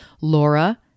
Laura